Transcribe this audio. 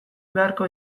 beharko